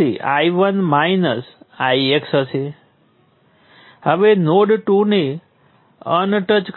અને જ્યારે હું તે બંને સમીકરણ ભેગાં કરીશ